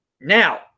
Now